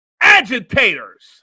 agitators